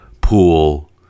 pool